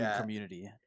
community